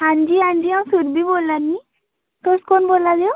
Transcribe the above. हांजी हांजी अ'ऊं सुरभि बोल्ला निं तुस कु'न बोल्ला दे ओ